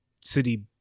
city